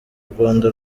rwanda